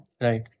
Right